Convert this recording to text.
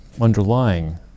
underlying